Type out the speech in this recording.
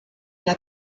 der